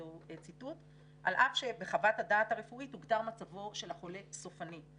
ציטוט על אף שבחוות הדעת הרפואית הוגדר מצבו של החולה סופני.